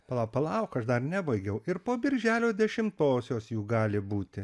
palauk palauk aš dar nebaigiau ir po birželio dešimtosios jų gali būti